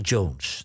Jones